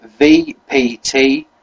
VPT